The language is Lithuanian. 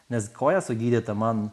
nes koja sugydyta man